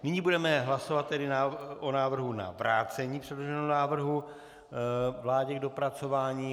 Nyní budeme hlasovat o návrhu na vrácení předloženého návrhu vládě k dopracování.